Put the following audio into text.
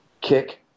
kick